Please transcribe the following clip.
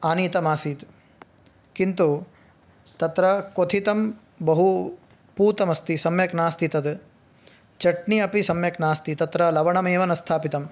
आनीतमासीत् किन्तु तत्र क्वथितं बहु पूतमस्ति सम्यक् नास्ति तद् चट्नि अपि सम्यक् नास्ति तत्र लवणमेव न स्थापितम्